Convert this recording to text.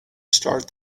start